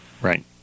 right